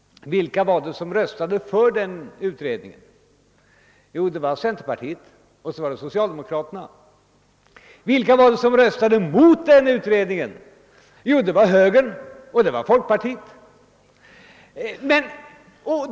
Jo, det var centerpartiet och socialdemokraterna. Och vilka röstade emot? Jo, högern och folkpartiet.